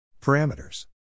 Parameters